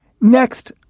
Next